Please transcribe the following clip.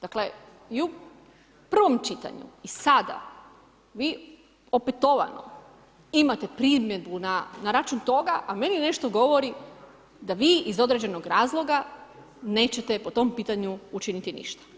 Dakle i u prvom čitanju i sada vi opetovano imate primjedbu na račun toga a meni nešto govori da vi iz određenog razloga nećete po tom pitanju učiniti ništa.